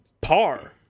par